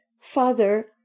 father